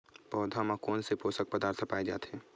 पौधा मा कोन से पोषक पदार्थ पाए जाथे?